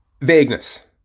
Vagueness